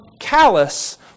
callous